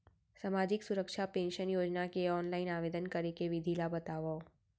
सामाजिक सुरक्षा पेंशन योजना के ऑनलाइन आवेदन करे के विधि ला बतावव